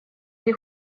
три